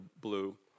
blue